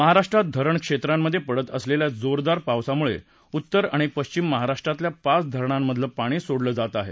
महाराष्ट्रात धरण क्षेत्रांमधे पडत असलेल्या जोरदार पावसामुळे उत्तर आणि पश्चिम महाराष्ट्रातल्या पाच धरणांमधलं पाणी सोडलं जात आहे